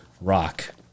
Rock